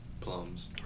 plums